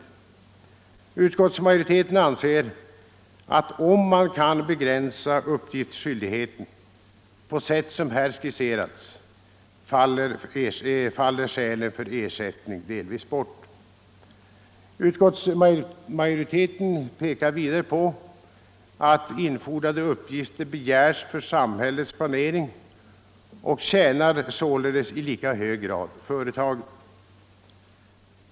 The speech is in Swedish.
Utskottsmajoriteten anser att om man kan begränsa uppgiftsskyldigheten på sätt som här skisserats faller skälen för ersättning delvis bort. Vidare pekar utskottsmajoriteten på att infordrade uppgifter begärs för samhällets planering och således i lika hög grad tjänar företagen.